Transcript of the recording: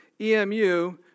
EMU